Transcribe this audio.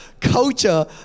culture